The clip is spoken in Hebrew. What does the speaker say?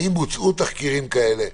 האם בוצעו תחקירים כאלה?